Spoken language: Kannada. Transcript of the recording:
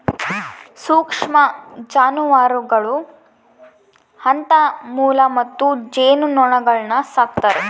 ಸೂಕ್ಷ್ಮ ಜಾನುವಾರುಗಳು ಅಂತ ಮೊಲ ಮತ್ತು ಜೇನುನೊಣಗುಳ್ನ ಸಾಕ್ತಾರೆ